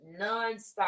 nonstop